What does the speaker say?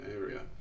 area